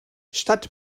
statt